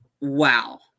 wow